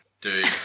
Dude